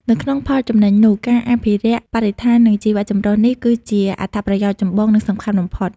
នៅក្នុងផលចំណេញនោះ ការអភិរក្សបរិស្ថាន និងជីវៈចម្រុះនេះគឺជាអត្ថប្រយោជន៍ចម្បង និងសំខាន់បំផុត។